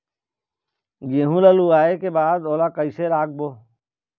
गेहूं ला लुवाऐ के बाद ओला कइसे राखबो?